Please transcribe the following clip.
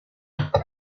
projects